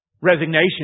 Resignation